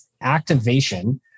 activation